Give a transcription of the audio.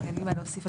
אין לי מה להוסיף.